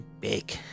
big